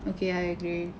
okay I agree